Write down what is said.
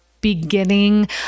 beginning